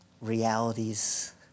realities